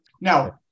Now